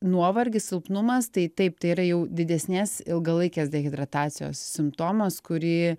nuovargis silpnumas tai taip tai yra jau didesnės ilgalaikės dehidratacijos simptomas kurį